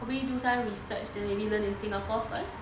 we need do some research then maybe learn in singapore first